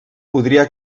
podria